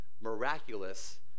miraculous